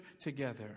together